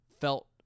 felt